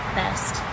best